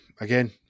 again